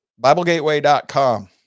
BibleGateway.com